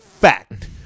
fact